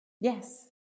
yes